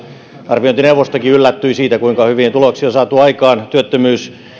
arviointineuvostokin yllättyi siitä kuinka hyviä tuloksia on saatu aikaan työttömyys